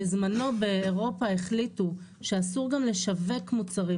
בזמנו באירופה החליטו שאסור גם לשווק מוצרים,